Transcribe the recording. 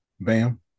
Bam